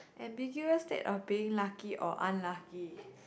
ambiguous state of being lucky or unlucky